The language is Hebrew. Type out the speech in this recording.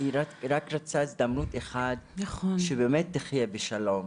היא רק רצתה הזדמנות אחת באמת לחיות בשלום,